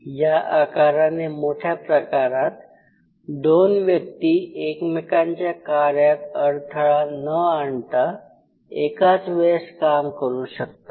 या आकाराने मोठ्या प्रकारात दोन व्यक्ती एकमेकांच्या कार्यात अडथळा न आणता एकाच वेळेस काम करू शकतात